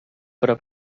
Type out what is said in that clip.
però